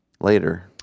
Later